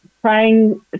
trying